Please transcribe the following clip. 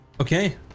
Okay